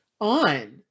on